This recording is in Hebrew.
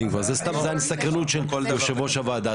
זו הסקרנות של יו"ר הועדה.